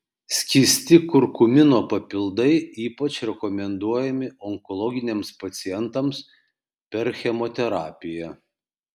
skysti kurkumino papildai ypač rekomenduojami onkologiniams pacientams per chemoterapiją